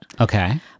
Okay